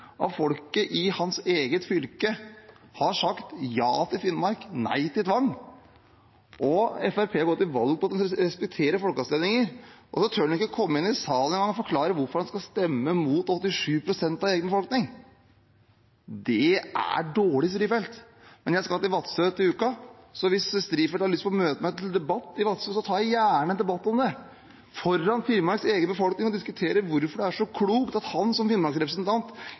av folket i hans eget fylke har sagt ja til Finnmark, nei til tvang. Fremskrittspartiet har gått til valg på at en skal respektere folkeavstemninger, og så tør han ikke engang komme inn i salen og forklare hvorfor han skal stemme mot 87 pst. av befolkningen i eget fylke. Det er dårlig, Strifeldt! Men jeg skal til Vadsø til uka, så hvis Strifeldt har lyst til å møte meg til debatt i Vadsø, tar jeg gjerne en debatt om dette – foran Finnmarks egen befolkning – og diskuterer hvorfor det er så klokt at han som finnmarksrepresentant